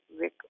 Rick